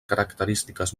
característiques